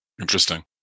Interesting